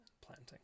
Planting